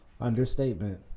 understatement